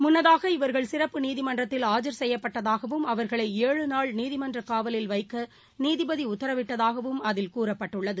முன்னதாக இவர்கள் சிறப்பு நீதிமன்றத்தில் ஆஜர் செய்யப்பட்டதாகவும் அவர்களை ஏழு நாள் நீதிமன்றக் காவலில் வைக்கநீதிபதிஉத்தரவிட்டதாகவும் அதில் கூறப்பட்டுள்ளது